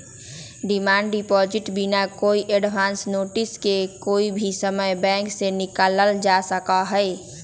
demand deposit बिना कोई advance notice के कोई भी समय बैंक से निकाल्ल जा सका हई